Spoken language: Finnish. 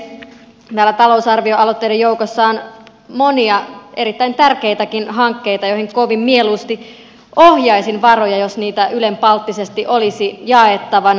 täällä talousarvioaloitteiden joukossa on monia erittäin tärkeitäkin hankkeita joihin kovin mieluusti ohjaisin varoja jos niitä ylenpalttisesti olisi jaettavana